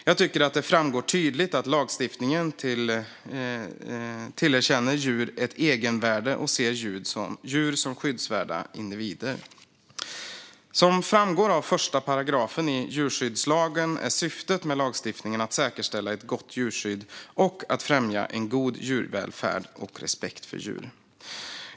Jag tycker att det framgår tydligt att lagstiftningen tillerkänner djur ett egenvärde och ser djur som skyddsvärda individer. Som framgår av första paragrafen i djurskyddslagen är syftet med lagstiftningen att säkerställa ett gott djurskydd och att främja en god djurvälfärd och respekt för djur.